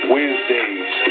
Wednesdays